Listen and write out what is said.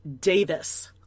Davis